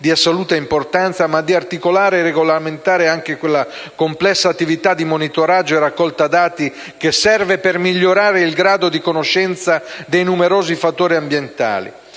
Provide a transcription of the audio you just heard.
di assoluta importanza, ma di articolare e regolamentare anche quella complessa attività di monitoraggio e raccolta dati, che serve per migliorare il grado di conoscenza dei numerosi fattori ambientali.